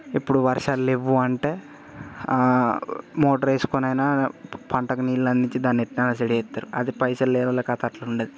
ఇప్పుడు వర్షాలు లేవు అంటే ఆ మోటర్ వేసుకోనైనా పంటకు నీళ్ళు అందించి దానికి విత్తనాలు చల్లి రెడీ చేస్తారు అది పైసలు లేని వాళ్ళ కథ అట్టుండదు